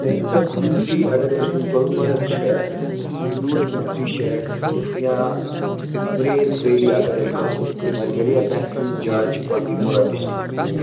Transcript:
natural beauty اگر أسۍ وُنۍ گُلمرگ چھُ اَسہِ دوٗد پٔتھری چھِ اَسہِ یا وریز ویلی اَگر أسۍ گژھو وۅنۍ واریاہ بہتریٖن جاے چھِ بانٛڈی پورہ ڈِسٹرکَس منٛز